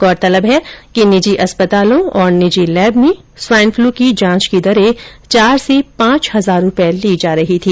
गौरतलब है कि निजी अस्पतालों और निजी लैब में स्वाईन पलू की जांच की दरें चार से पांच हजार रूपये ली जा रही थी